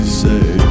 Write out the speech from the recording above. say